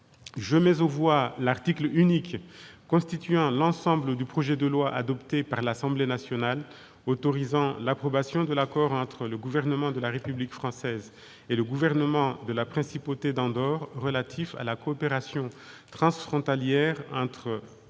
Je mets aux voix l'article unique constituant l'ensemble du projet de loi, adopté par l'Assemblée nationale, autorisant l'approbation de l'accord entre le gouvernement de la République française et le gouvernement de la principauté d'Andorre relatif à la coopération technique et